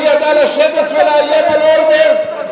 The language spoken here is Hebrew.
שידעה לשבת ולאיים על אולמרט,